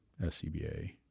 scba